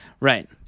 Right